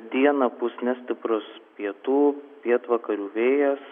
dieną pūs nestiprus pietų pietvakarių vėjas